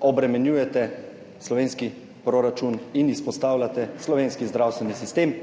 obremenjujete slovenski proračun in izpostavljate slovenski zdravstveni sistem